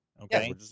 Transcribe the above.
okay